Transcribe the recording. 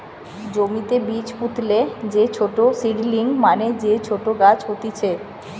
জমিতে বীজ পুতলে যে ছোট সীডলিং মানে যে ছোট গাছ হতিছে